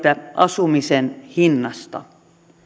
karua kieltä asumisen hinnasta